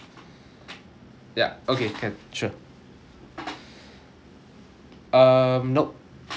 yup okay can sure um nope that'll be all